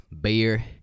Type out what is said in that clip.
beer